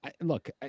Look